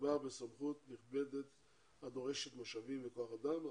מדובר בסמכות נרחבת הדורשת משאבים וכוח אדם.